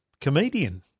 comedian